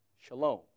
shalom